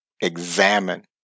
examine